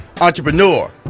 entrepreneur